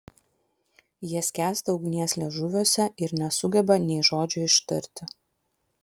jie skęsta ugnies liežuviuose ir nesugeba nei žodžio ištari